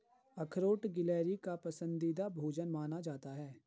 अखरोट गिलहरी का पसंदीदा भोजन माना जाता है